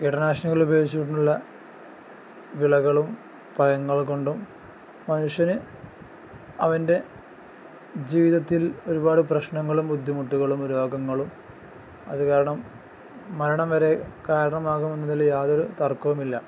കീടനാശിനികളിൽ ഉപയോഗിച്ചിട്ടുള്ള വിളകളും പഴങ്ങൾ കൊണ്ടും മനുഷ്യന് അവൻ്റെ ജീവിതത്തിൽ ഒരുപാട് പ്രശ്നങ്ങളും ബുദ്ധിമുട്ടുകളും രോഗങ്ങളും അത് കാരണം മരണം വരെ കാരണമാകും എന്നതിൽ യാതൊരു തർക്കവുമില്ല